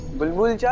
we will